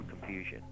confusion